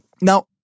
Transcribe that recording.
Now